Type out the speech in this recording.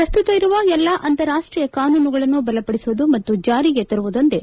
ಪ್ರಸ್ನುತ ಇರುವ ಎಲ್ಲಾ ಅಂತಾರಾಷ್ಷೀಯ ಕಾನೂನುಗಳನ್ನು ಬಲಪಡಿಸುವುದು ಮತ್ತು ಜಾರಿಗೆ ತರುವುದೊಂದೇ